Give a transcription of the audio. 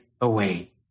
away